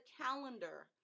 calendar